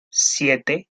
siete